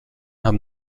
haben